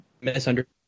misunderstood